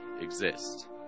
exist